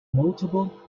notable